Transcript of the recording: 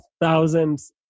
thousands